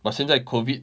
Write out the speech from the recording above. but 现在 COVID